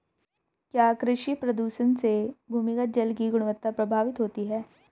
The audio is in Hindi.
क्या कृषि प्रदूषण से भूमिगत जल की गुणवत्ता प्रभावित होती है?